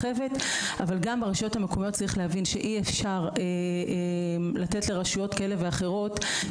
אבל גם ברשויות המקומיות צריך להבין שאי אפשר לתת לרשויות כאלה ואחרות,